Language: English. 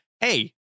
hey